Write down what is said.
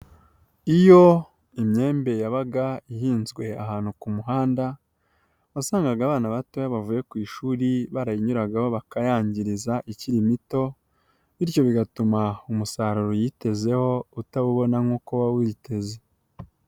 Iyo imyembe yabaga ihinzwe ahantu ku muhanda wasangaga abana batoya bavuye ku ishuri baranyinyuragaho bakayangiriza ikiri mito bityo bigatuma umusaruro yitezeho utawubona nk'uko uba witeze.